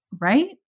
right